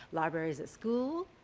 libraries at school,